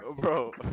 bro